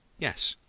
yes,